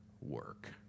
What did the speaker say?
work